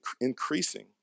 increasing